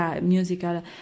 musical